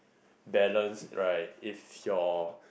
balance right if your